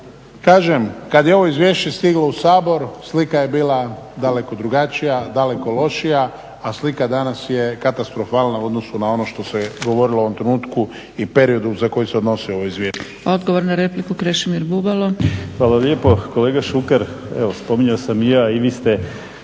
kažem kada je ovo izvješće stiglo u Sabor slika je bila daleko drugačija, daleko lošija, a slika danas je katastrofalna u odnosu na ono što se govorilo u ovom trenutku i periodu za koje se odnosi ovo izvješće.